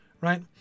Right